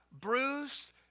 bruised